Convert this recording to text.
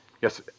yes